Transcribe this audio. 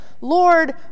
Lord